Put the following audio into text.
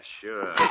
sure